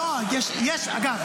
לא, תעזוב